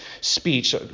speech